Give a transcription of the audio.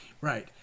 right